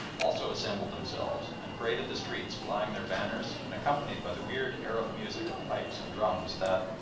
also assembled themselves and paraded the streets flying their banners and accompanied by the weird arab music of pipes and drums that,